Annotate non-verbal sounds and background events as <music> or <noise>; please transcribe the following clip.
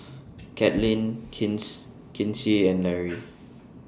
Katlyn <unintelligible> Kinsey and Larry